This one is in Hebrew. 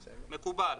מקובל?